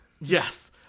Yes